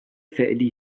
فعلی